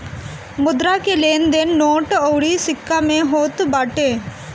मुद्रा के लेन देन नोट अउरी सिक्का में होत बाटे